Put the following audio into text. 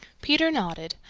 peter nodded,